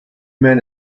men